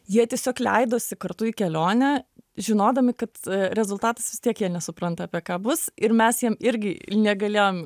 jie tiesiog leidosi kartu į kelionę žinodami kad rezultatas vis tiek jie nesupranta apie ką bus ir mes jiem irgi negalėjom